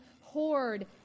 hoard